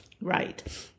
Right